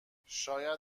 شایدم